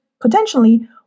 potentially